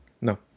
No